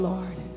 Lord